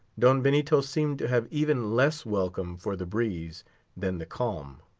don benito seemed to have even less welcome for the breeze than the calm.